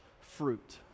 fruit